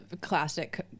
classic